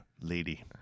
lady